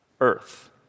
Earth